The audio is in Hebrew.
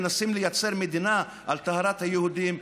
שמנסים לייצר מדינה על טהרת היהודים,